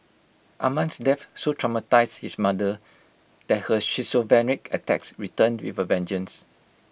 Amman's death so traumatised his mother that her schizophrenic attacks returned with A vengeance